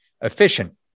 efficient